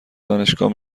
دانشگاه